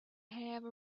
have